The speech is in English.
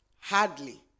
Hardly